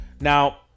Now